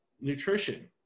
nutrition